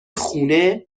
خونه